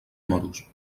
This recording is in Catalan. moros